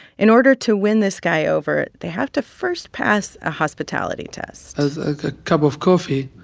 in order to win this guy over, they have to first pass a hospitality test a cup of coffee,